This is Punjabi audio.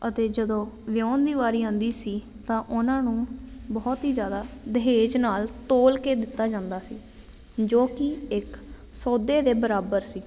ਅਤੇ ਜਦੋਂ ਵਿਆਹੁਣ ਦੀ ਵਾਰੀ ਆਉਂਦੀ ਸੀ ਤਾਂ ਉਹਨਾਂ ਨੂੰ ਬਹੁਤ ਹੀ ਜ਼ਿਆਦਾ ਦਹੇਜ ਨਾਲ ਤੋਲ ਕੇ ਦਿੱਤਾ ਜਾਂਦਾ ਸੀ ਜੋ ਕਿ ਇੱਕ ਸੌਦੇ ਦੇ ਬਰਾਬਰ ਸੀ